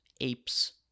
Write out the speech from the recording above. apes